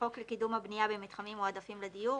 חוק לקידום הבנייה במתחמים מועדפים לדיור,